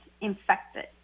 infected